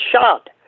shot